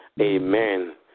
amen